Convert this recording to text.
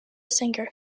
singer